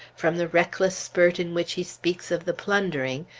from the reckless spurt in which he speaks of the plundering,